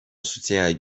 soutien